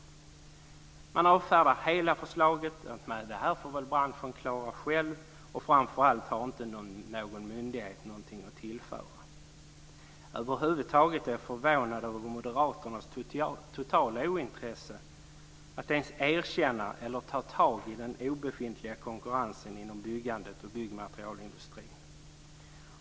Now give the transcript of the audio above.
Hela förslaget avfärdas med att det här får väl branschen själv klara. Framför allt har ingen myndighet något att tillföra. Över huvud taget är jag förvånad över moderaternas totala ointresse för att ens erkänna eller ta tag i frågan om den obefintliga konkurrensen inom byggandet och byggmaterialindustrin.